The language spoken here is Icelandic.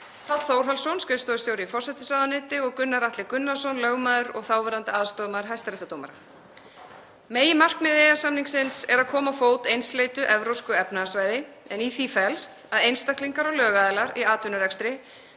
Páll Þórhallsson, skrifstofustjóri forsætisráðuneyti og Gunnar Atli Gunnarsson, lögmaður og þáverandi aðstoðarmaður hæstaréttardómara. Meginmarkmið EES-samningsins er að koma á fót einsleitu Evrópsku efnahagssvæði, en í því felst að einstaklingar og lögaðilar í atvinnurekstri